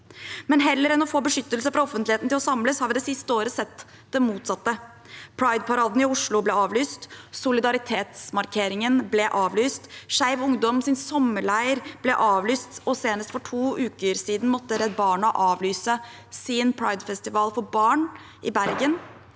Heller enn å få beskyttelse fra offentligheten for å kunne samles, har vi det siste året sett det motsatte. Prideparaden i Oslo ble avlyst, solidaritetsmarkeringen ble avlyst, Skeiv Ungdoms sommerleir ble avlyst, og senest for to uker siden måtte Redd Barna avlyse sin pridefestival for barn i Bergen